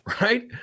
right